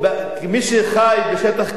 כי מי שחי בשטח כבוש,